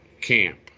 camp